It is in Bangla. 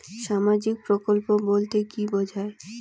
সামাজিক প্রকল্প বলতে কি বোঝায়?